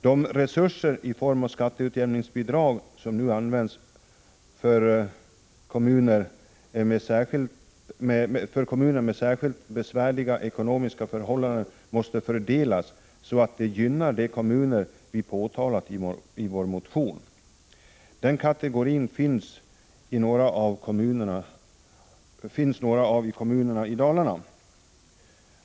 De resurser i form av skatteutjämningsbidrag som nu avsätts för kommuner med särskilt besvärliga ekonomiska förhållanden måste fördelas så att de gynnar de kommuner som vi har tagit upp i vår motion. I den kategorin finns några av kommunerna i Dalarna.